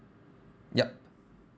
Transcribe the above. yup